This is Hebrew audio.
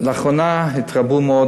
לאחרונה התרבו מאוד